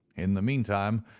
in the meantime,